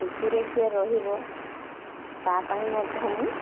ଖୁସିରେ ସେ ରହିବ ତା ପାଇଁ ମଧ୍ୟ ମୁଁ